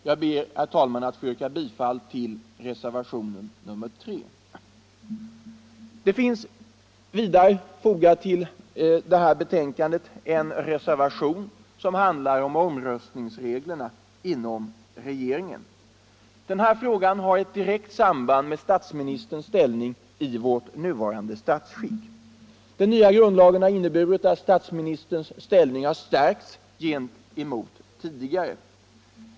Jag ber, herr talman, att få yrka bifall till reservationen 3. Det finns vidare till det här betänkandet fogad en reservation som handlar om omröstningsreglerna inom regeringen. Denna fråga har direkt samband med statsministerns ställning i vårt nuvarande statsskick. Den nya grundlagen har inneburit att statsministerns ställning har stärkts jämfört med tidigare.